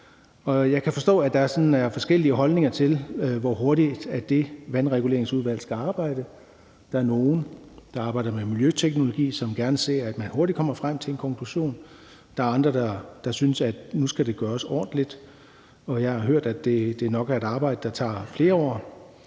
Jeg kan forstå, at der er forskellige holdninger til, hvor hurtigt det vandreguleringsudvalg skal arbejde. Der er nogle, der arbejder med miljøteknologi, som gerne ser, at man hurtigt kommer frem til en konklusion, og der er andre, der synes, at nu skal det gøres ordentligt. Jeg har hørt, at det nok er et arbejde, der tager flere år.